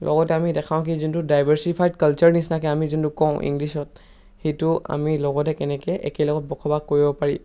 লগতে আমি দেখাওঁ কি যোনটো ডাইভাৰ্ছিফাইড কালচাৰ নিচিনাকৈ আমি যোনটো কওঁ ইংলিছত সেইটো আমি লগতে কেনেকৈ একেলগত বসবাস কৰিব পাৰি